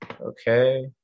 Okay